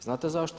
Znate zašto?